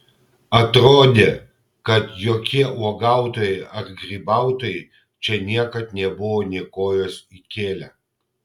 atrodė kad jokie uogautojai ar grybautojai čia niekad nebuvo nė kojos įkėlę